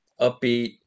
upbeat